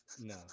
no